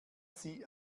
sie